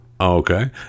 okay